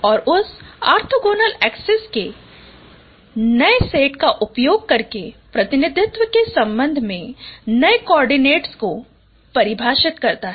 और उस orthogonal axis के एक नए सेट का उपयोग करके प्रतिनिधित्व के संबंध में नए कोआर्डिनेट्स को परिभाषित करता हैं